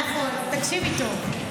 נכון, תקשיבי טוב.